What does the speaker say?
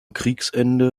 kriegsende